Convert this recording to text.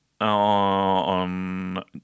on